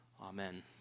Amen